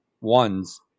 ones